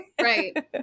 Right